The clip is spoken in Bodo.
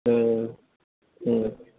ओं ओं